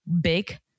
big